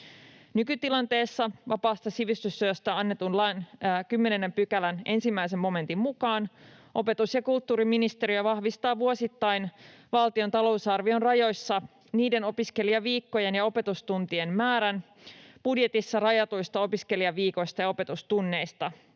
Nykytilanteessa vapaasta sivistystyöstä annetun lain 10 §:n 1 momentin mukaan opetus‑ ja kulttuuriministeriö vahvistaa vuosittain valtion talousarvion rajoissa niiden opiskelijaviikkojen ja opetustuntien määrän budjetissa rajatuista opiskelijaviikoista ja opetustunneista,